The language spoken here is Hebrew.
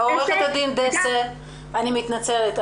עו"ד דסה, אני מתנצלת.